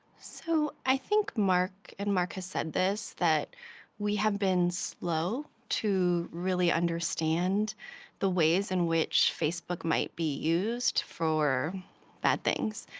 so, i think mark and mark has said this, that we have been slow to really understand the ways in which facebook might be used for bad things.